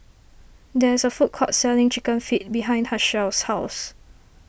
there is a food court selling Chicken Feet behind Hershell's house